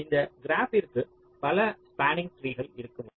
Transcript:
இந்த கிராப்பிற்கு பல ஸ்பாண்ணிங் ட்ரீகள் இருக்க முடியும்